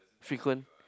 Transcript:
frequent